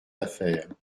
affaires